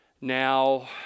now